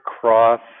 Cross